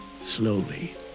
Slowly